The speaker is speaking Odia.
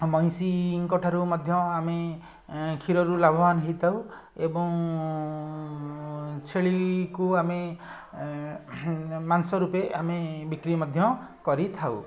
ମଇଁଷିଙ୍କ ଠାରୁ ମଧ୍ୟ ଆମେ ଏଁ କ୍ଷୀରରୁ ଲାଭବାନ ହେଇଥାଉ ଏବଂ ଛେଳିକୁ ଆମେ ଏଁ ମାଂସ ରୂପେ ଆମେ ବିକ୍ରି ମଧ୍ୟ କରିଥାଉ